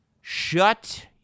Shut